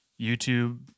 YouTube